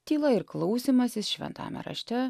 tyla ir klausymasis šventajame rašte